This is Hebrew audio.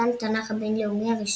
ל"חתן התנ"ך הבינלאומי הראשון".